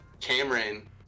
Cameron